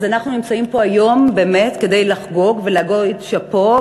אנחנו נמצאים פה היום באמת כדי לחגוג ולהגיד "שאפו",